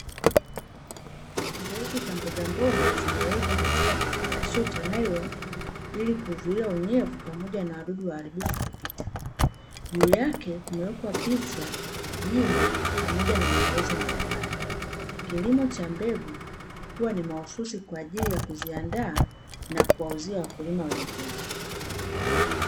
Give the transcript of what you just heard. Mbegu za mbogamboga zimewekwa katika kifungashio cha nailoni ili kuzuia unyevu pamoja na wadudu waharibifu kupita, juu yake kumewekwa picha, jina pamoja na maelezo mbalimbali. Kilimo cha mbegu huwa ni mahususi kwaajili ya kuziandaa na kuuzia wakulima wengine.